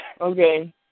Okay